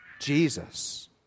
Jesus